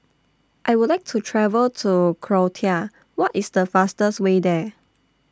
I Would like to travel to Croatia What IS The fastest Way There